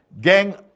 gang